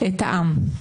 מטעם מי?